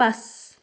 পাঁচ